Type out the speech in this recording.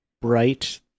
Bright